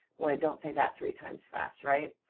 boy, don't say that three times fast, right?